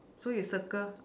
so you circle